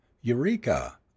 Eureka